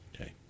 okay